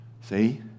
See